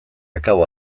akabo